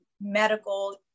medical